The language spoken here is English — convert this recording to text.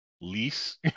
lease